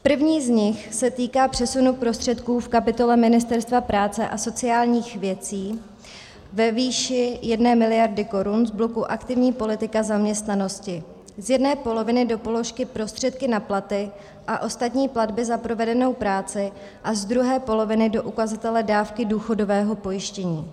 První z nich se týká přesunu prostředků v kapitole Ministerstva práce a sociálních věcí ve výši 1 miliardy korun z bloku aktivní politika zaměstnanosti z jedné poloviny do položky prostředky na platy a ostatní platby za provedenou práci a z druhé poloviny do ukazatele dávky důchodového pojištění.